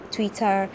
Twitter